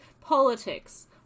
politics